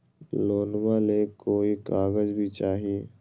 लोनमा ले कोई कागज भी चाही?